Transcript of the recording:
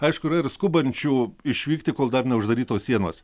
aišku yra ir skubančių išvykti kol dar neuždarytos sienos